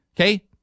okay